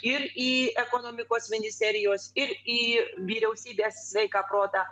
ir į ekonomikos ministerijos ir į vyriausybės sveiką protą